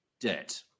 debt